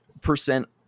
percent